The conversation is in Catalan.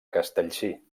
castellcir